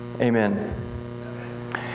Amen